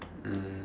um